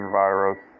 virus